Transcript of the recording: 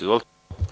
Izvolite.